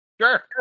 Sure